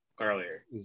earlier